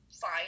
fine